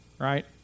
right